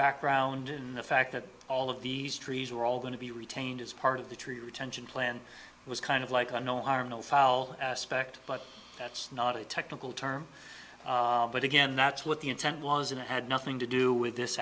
background in the fact that all of these trees were all going to be retained as part of the tree retention plan was kind of like a no harm no foul aspect but that's not a technical term but again that's what the intent was in had nothing to do with this